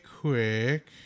quick